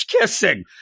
kissing